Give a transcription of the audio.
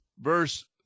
verse